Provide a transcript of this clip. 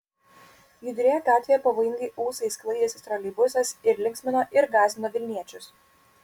judrioje gatvėje pavojingai ūsais sklaidęsis troleibusas ir linksmino ir gąsdino vilniečius